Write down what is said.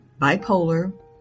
bipolar